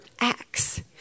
acts